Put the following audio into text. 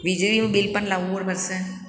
વીજળીનું બિલ પણ લાવવું પડશે